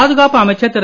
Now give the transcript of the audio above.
பாதுகாப்பு அமைச்சர் திரு